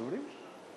יש רשימת דוברים?